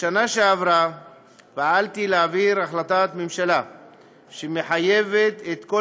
בשנה שעברה פעלתי להעביר החלטת ממשלה שמחייבת את כל